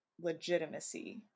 legitimacy